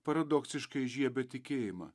paradoksiškai įžiebia tikėjimą